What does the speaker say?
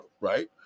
right